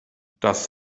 das